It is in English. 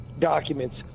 Documents